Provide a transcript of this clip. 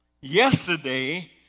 Yesterday